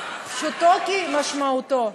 פשוטו כמשמעותו.